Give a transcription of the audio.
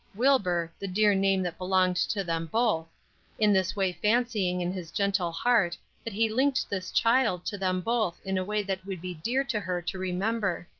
wilbur the dear name that belonged to them both in this way fancying in his gentle heart that he linked this child to them both in a way that would be dear to her to remember.